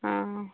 অঁ